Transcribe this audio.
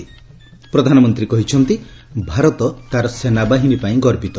ପ୍ରଧାନମନ୍ତ୍ରୀ କହିଛନ୍ତି ଭାରତ ତାର ସେନାବାହିନୀ ପାଇଁ ଗର୍ବିତ